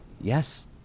Yes